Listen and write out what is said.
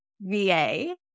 VA